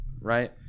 Right